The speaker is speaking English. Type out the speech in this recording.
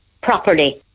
properly